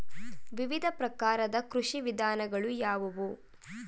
ವಿವಿಧ ಪ್ರಕಾರದ ಕೃಷಿ ವಿಧಾನಗಳು ಯಾವುವು?